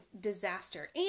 disaster